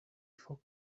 for